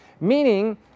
meaning